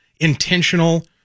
intentional